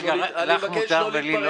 רגע, לך מותר ולי לא?